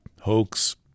hoax